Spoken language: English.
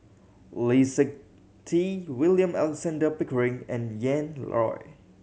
Lee Seng Tee William Alexander Pickering and Ian Loy